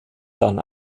dann